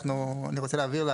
אני רוצה להבהיר,